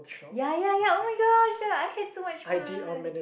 ya ya ya oh-my-gosh I had so much fun